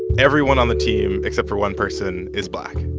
everyone on the team except for one person is black.